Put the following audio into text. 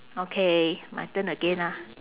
okay my turn again ah